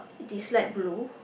it is light blue